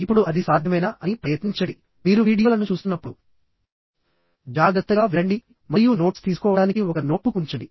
ఇప్పుడు అది సాధ్యమేనా అని ప్రయత్నించండి మరియు మీరు వీడియోలను చూస్తున్నప్పుడు జాగ్రత్తగా వినండి మరియు నోట్స్ తీసుకోవడానికి ఒక నోట్బుక్ ఉంచండి